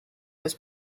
was